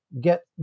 get